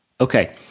Okay